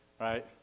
right